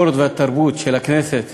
התרבות והספורט של הכנסת